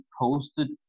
posted